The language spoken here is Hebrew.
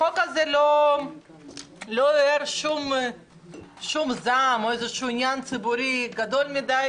החוק הזה לא עורר שום זעם או איזשהו עניין ציבורי גדול מדי,